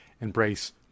embrace